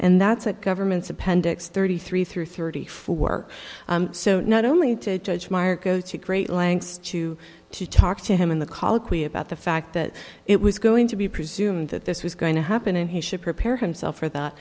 and that's it government's appendix thirty three through thirty four so not only to judge meyer go to great lengths to to talk to him in the colloquy about the fact that it was going to be presumed that this was going to happen and he should prepare himself for that